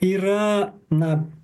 yra na